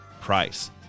price